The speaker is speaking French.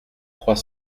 trois